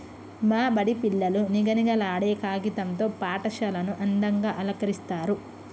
మా బడి పిల్లలు నిగనిగలాడే కాగితం తో పాఠశాలను అందంగ అలంకరిస్తరు